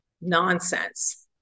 nonsense